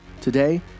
today